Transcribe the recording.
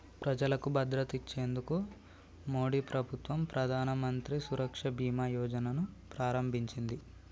ప్రజలకు భద్రత ఇచ్చేందుకు మోడీ ప్రభుత్వం ప్రధానమంత్రి సురక్ష బీమా యోజన ను ప్రారంభించింది